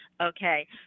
okay